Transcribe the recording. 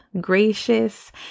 gracious